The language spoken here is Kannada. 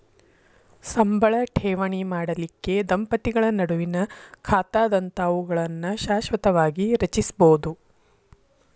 ಸಂಬಳ ಠೇವಣಿ ಮಾಡಲಿಕ್ಕೆ ದಂಪತಿಗಳ ನಡುವಿನ್ ಖಾತಾದಂತಾವುಗಳನ್ನ ಶಾಶ್ವತವಾಗಿ ರಚಿಸ್ಬೋದು